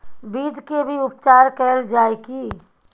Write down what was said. बीज के भी उपचार कैल जाय की?